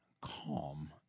Calm